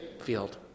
field